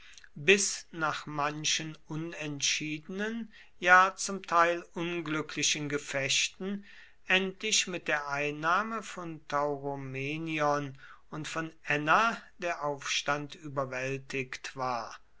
bis nach manchen unentschiedenen ja zum teil unglücklichen gefechten endlich mit der einnahme von tauromenion und von enna der aufstand überwältigt war